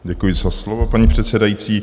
Děkuji za slovo, paní předsedající.